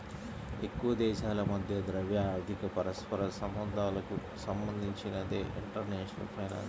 ఎక్కువదేశాల మధ్య ద్రవ్య, ఆర్థిక పరస్పర సంబంధాలకు సంబంధించినదే ఇంటర్నేషనల్ ఫైనాన్స్